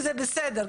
זה בסדר,